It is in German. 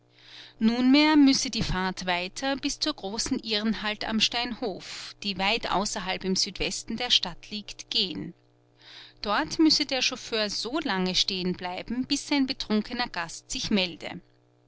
nunmehr müsse die fahrt weiter bis zur großen irrenanstalt am steinhof die weit außerhalb im südwesten der stadt liegt gehen dort müsse der chauffeur so lange stehen bleiben bis sein betrunkener gast sich melde